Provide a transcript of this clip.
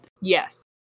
Yes